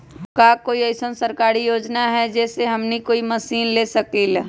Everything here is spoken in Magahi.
का कोई अइसन सरकारी योजना है जै से हमनी कोई मशीन ले सकीं ला?